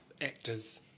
actors